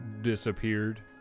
disappeared